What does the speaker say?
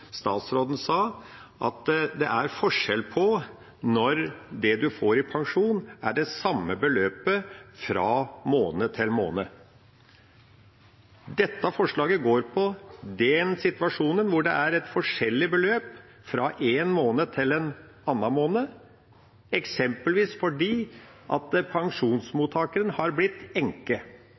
statsråden sa, at det er en forskjell når det en får i pensjon, er det samme beløpet fra måned til måned. Dette forslaget går på den situasjonen hvor det er forskjellig beløp fra én måned til en annen, eksempelvis fordi pensjonsmottakeren har blitt